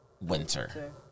winter